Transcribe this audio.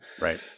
Right